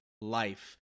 life